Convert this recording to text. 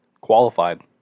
Qualified